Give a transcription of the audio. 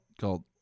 called